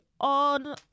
on